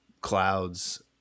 clouds